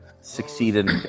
succeeded